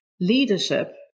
leadership